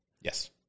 Yes